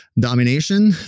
domination